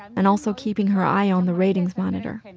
and also keeping her eye on the ratings monitor. and